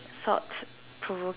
thought provoke